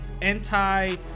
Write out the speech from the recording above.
anti